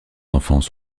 d’enfants